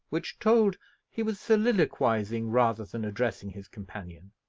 which told he was soliloquizing, rather than addressing his companion.